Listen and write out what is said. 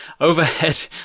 overhead